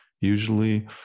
usually